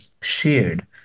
shared